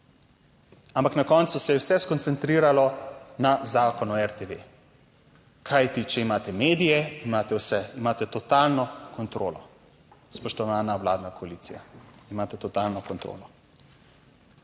Ampak na koncu se je vse skoncentriralo na Zakon o RTV, kajti če imate medije, imate vse, imate totalno kontrolo, spoštovana vladna koalicija, imate totalno kontrolo.